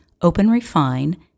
OpenRefine